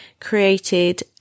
created